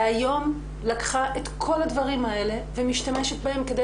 והיום לקחה את כל הדברים האלה ומשתמשת בהם כדי